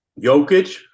Jokic